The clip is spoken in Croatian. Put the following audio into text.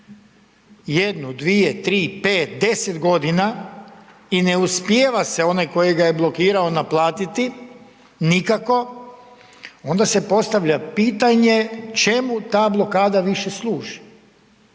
jednu, dvije, tri, pet, deset godina i ne uspijeva se onaj tko ga je blokirao naplatiti nikako onda se postavlja pitanje, čemu ta blokada više služi.